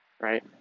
right